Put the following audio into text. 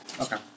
Okay